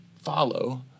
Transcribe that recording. follow